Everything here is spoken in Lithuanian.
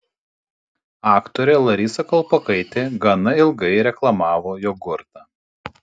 aktorė larisa kalpokaitė gana ilgai reklamavo jogurtą